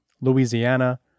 Louisiana